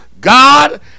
God